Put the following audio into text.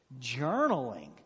journaling